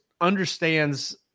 understands